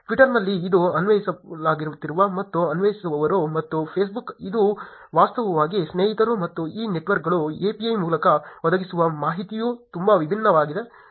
ಟ್ವಿಟ್ಟರ್ನಲ್ಲಿ ಇದು ಅನುಯಾಯಿಗಳು ಮತ್ತು ಅನುಸರಿಸುವವರು ಮತ್ತು ಫೇಸ್ಬುಕ್ ಇದು ವಾಸ್ತವವಾಗಿ ಸ್ನೇಹಿತರು ಮತ್ತು ಈ ನೆಟ್ವರ್ಕ್ಗಳು API ಮೂಲಕ ಒದಗಿಸುವ ಮಾಹಿತಿಯು ತುಂಬಾ ವಿಭಿನ್ನವಾಗಿದೆ